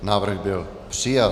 Návrh byl přijat.